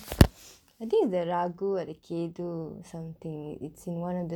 I think it's the ராகு:raaku or the கேது:keethu something it's in one of the